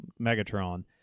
Megatron